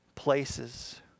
places